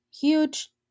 huge